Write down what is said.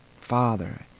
father